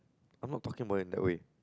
I'm not talking about it in that way